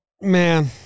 Man